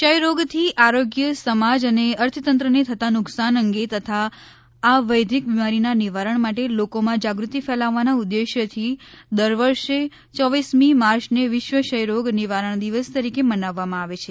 ક્ષયરોગ TB થી આરોગ્ય સમાજ અને અર્થતંત્રને થતાં નુકસાન અંગે તથા આ વૈઘિક બિમારીના નિવારણ માટે લાકોમાં જાગૃતિ ફેલાવવાના ઉદેશ્યથી દર વર્ષે ચોવીસમી માર્ચને વિશ્વ ક્ષય રોગ નિવારણ દિવસ તરીકે મનાવવામાં આવે છે